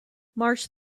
march